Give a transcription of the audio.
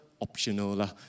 optional